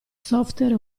software